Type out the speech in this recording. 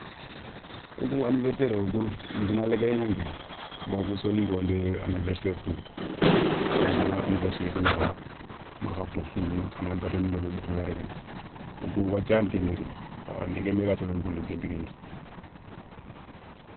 Wo kou anniverassairé wo kou douna léguéré gnani kéηa bawokou soninko nti anniversaire tou nanta na anniversaire gnakha ma khaga tokho sougounou khana gateauni ndébéri khaga réguéné wokou wathiani ken nguéri kha nké nké nbé ga séféné koundou nketa kentou.